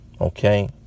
okay